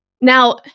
Now